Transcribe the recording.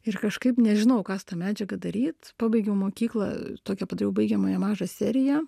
ir kažkaip nežinau ką su ta medžiaga daryt pabaigiau mokyklą tokią padariau baigiamąją mažą seriją